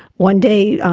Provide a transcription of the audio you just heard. one day,